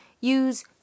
use